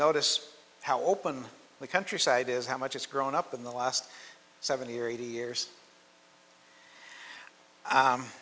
notice how open the countryside is how much it's grown up in the last seventy or eighty years